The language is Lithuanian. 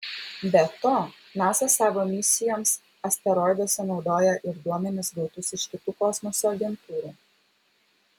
be to nasa savo misijoms asteroiduose naudoja ir duomenis gautus iš kitų kosmoso agentūrų